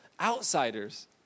outsiders